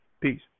Peace